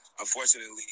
Unfortunately